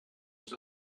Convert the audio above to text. his